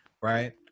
right